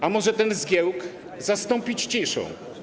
A może ten zgiełk zastąpić ciszą?